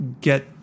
Get